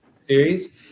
Series